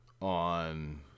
on